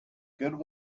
good